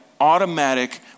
automatic